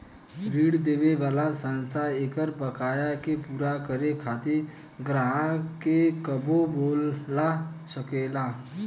ऋण देवे वाला संस्था एकर बकाया के पूरा करे खातिर ग्राहक के कबो बोला सकेला